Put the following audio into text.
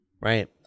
Right